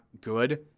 good